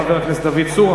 חבר הכנסת דוד צור,